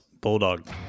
Bulldog